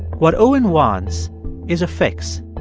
what owen wants is a fix,